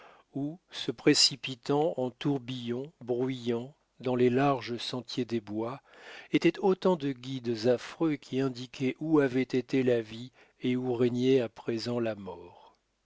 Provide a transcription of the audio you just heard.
ou se précipitant en tourbillons bruyants dans les larges sentiers des bois étaient autant de guides affreux qui indiquaient où avait été la vie et où régnait à présent la mort